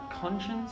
conscience